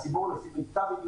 הציבור מעודכן בתל-אביב,